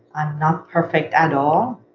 i'm not perfect at all.